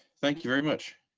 thank you very much.